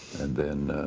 and then